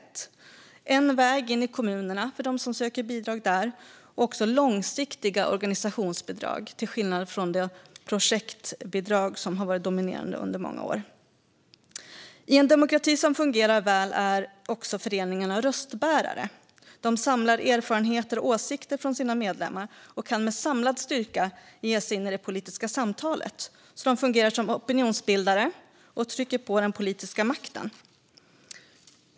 Det ska vara en väg in i kommunerna för dem som söker bidrag där och långsiktiga organisationsbidrag, till skillnad från projektbidrag, som har varit dominerande under många år. I en demokrati som fungerar väl är föreningarna också röstbärare. De samlar erfarenheter och åsikter från sina medlemmar och kan med samlad styrka ge sig in i det politiska samtalet. De fungerar som opinionsbildare och trycker på den politiska makten.